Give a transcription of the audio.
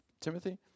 Timothy